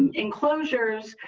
and enclosures,